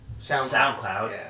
SoundCloud